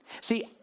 See